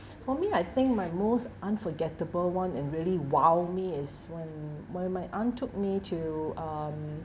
for me I think my most unforgettable one and really !wow! me is when when my aunt took me to um